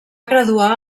graduar